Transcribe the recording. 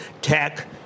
tech